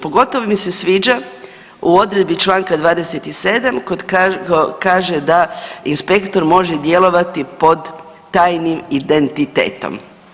Pogotovo mi se sviđa u odredbi članka 27. kad kaže da inspektor može djelovati pod tajnim identitetom.